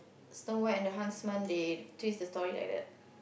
Snow-White and the Huntsmen they twist the story like that